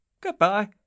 Goodbye